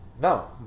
No